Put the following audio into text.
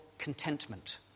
contentment